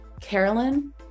carolyn